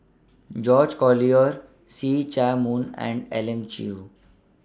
George Collyer See Chak Mun and Elim Chew